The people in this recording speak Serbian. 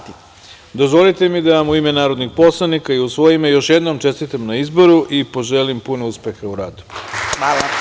Dozvolite mi da vam, u ime narodnih poslanika i u svoje ime, još jednom čestitam na izboru i poželim puno uspeha u radu.